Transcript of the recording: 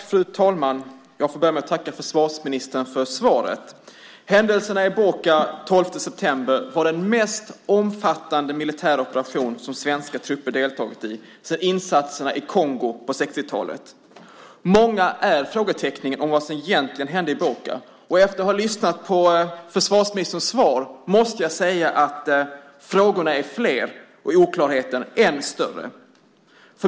Fru talman! Jag får tacka försvarsministern för svaret. Händelserna i Boka den 12 september var den mest omfattande militära operation som svenska trupper har deltagit i sedan insatserna i Kongo på 60-talet. Många är frågetecknen om vad som egentligen hände i Boka, och efter att ha lyssnat på försvarsministerns svar måste jag säga att frågorna är flera och oklarheten än större.